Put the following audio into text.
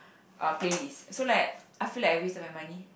a playlist so like I feel like a bit waste money